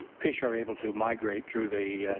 fish are able to migrate through the